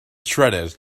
shredded